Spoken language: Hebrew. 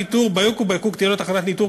by hook or by crook תהיה לו תחנת ניטור,